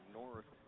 north